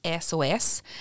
SOS